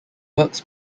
works